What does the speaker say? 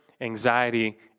anxiety